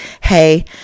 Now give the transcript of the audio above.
hey